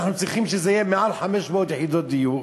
אנחנו צריכים שזה יהיה מעל 500 יחידות דיור,